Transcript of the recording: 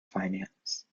finance